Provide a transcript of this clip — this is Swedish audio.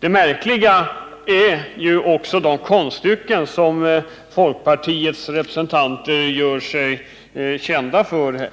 Märkliga är också de konststycken som folkpartiets representanter gör sig kända för.